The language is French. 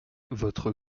votre